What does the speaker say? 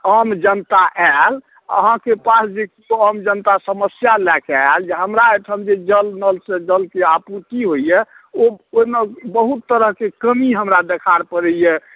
आम जनता आएल अहाँके पास जे किओ आमजनता समस्या लऽ कऽ आएल जे हमरा एहिठाम जे जल नलसँ जलके आपूर्ति होइए ओ ओहिमे बहुत तरहके कमी हमरा देखार पड़ैए